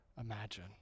imagine